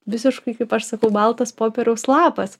visiškai kaip aš sakau baltas popieriaus lapas